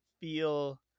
feel